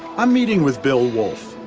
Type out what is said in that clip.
i'm meeting with bill wolfe.